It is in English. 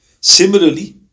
Similarly